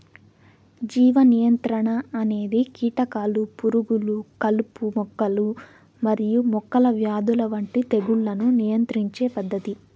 జీవ నియంత్రణ అనేది కీటకాలు, పురుగులు, కలుపు మొక్కలు మరియు మొక్కల వ్యాధుల వంటి తెగుళ్లను నియంత్రించే పద్ధతి